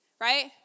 right